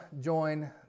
join